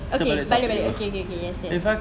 okay balik balik okay okay okay yes yes